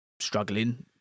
struggling